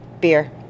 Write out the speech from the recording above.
beer